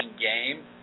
game